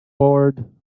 board